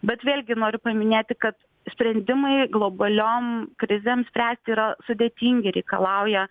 bet vėlgi noriu paminėti kad sprendimai globaliom krizėm spręsti yra sudėtingi reikalauja